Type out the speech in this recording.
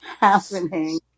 happening